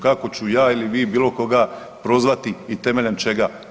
Kako ću ja ili vi bilo koga prozvati i temeljem čega?